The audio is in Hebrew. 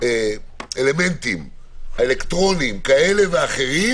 אלמנטים אלקטרוניים כאלה ואחרים,